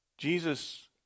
Jesus